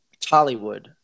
Tollywood